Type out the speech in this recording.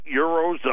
Eurozone